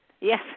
Yes